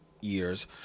years